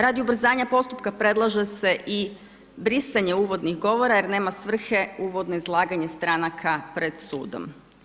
Radi ubrzanja postupka predlaže se i brisanje uvodnih govora jer nema svrhe uvodno izlaganje stranka pred sudom.